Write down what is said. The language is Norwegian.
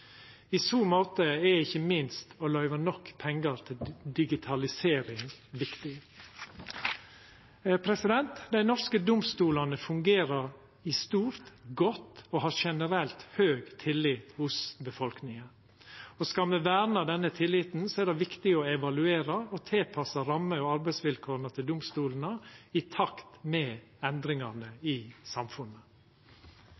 I så måte er ikkje minst det å løyva nok pengar til digitalisering viktig. Dei norske domstolane fungerer i stort godt og har generelt høg tillit hos befolkninga. Skal me verna om denne tilliten, er det viktig å evaluera og tilpassa ramme- og arbeidsvilkåra til domstolane i takt med endringane